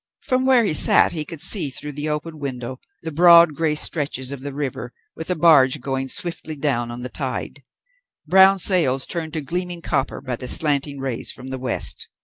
from where he sat he could see, through the open window, the broad grey stretches of the river, with a barge going swiftly down on the tide brown sails turned to gleaming copper by the slanting rays from the west.